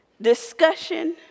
discussion